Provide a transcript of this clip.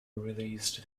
released